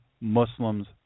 Muslims